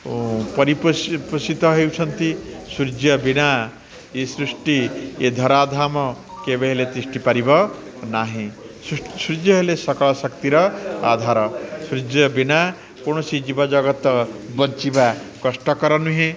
ଓ ପରିପୋଷିତ ହେଉଛନ୍ତି ସୂର୍ଯ୍ୟ ବିନା ଏ ସୃଷ୍ଟି ଏ ଧରାଧାମ କେବେ ହେଲେ ତିଷ୍ଟି ପାରିବ ନାହିଁ ସୂର୍ଯ୍ୟ ହେଲେ ସକଳ ଶକ୍ତିର ଆଧାର ସୂର୍ଯ୍ୟ ବିନା କୌଣସି ଜୀବଜଗତ ବଞ୍ଚିବା କଷ୍ଟକର ନୁହେଁ